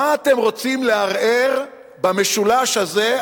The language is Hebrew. מה אתם רוצים לערער במשולש הזה,